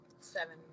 seven